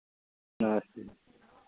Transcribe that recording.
नमस्ते जी